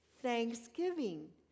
thanksgiving